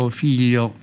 figlio